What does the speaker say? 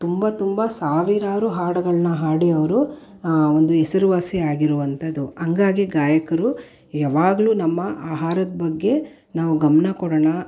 ತುಂಬ ತುಂಬ ಸಾವಿರಾರು ಹಾಡುಗಳನ್ನು ಹಾಡಿ ಅವರು ಒಂದು ಹೆಸರುವಾಸಿಯಾಗಿರುವಂಥದ್ದು ಹಂಗಾಗಿ ಗಾಯಕರು ಯಾವಾಗಲೂ ನಮ್ಮ ಆಹಾರದ ಬಗ್ಗೆ ನಾವು ಗಮನ ಕೊಡೋಣ